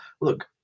look